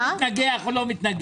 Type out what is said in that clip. זה לא מתנגח או לא מתנגח.